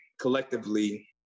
collectively